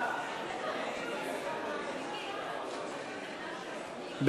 סיעת הרשימה המשותפת להביע אי-אמון בממשלה לא נתקבלה.